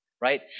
right